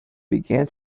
began